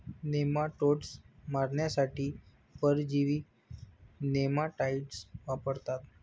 nematodes मारण्यासाठी परजीवी nematicides वापरतात